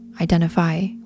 identify